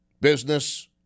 business